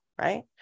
right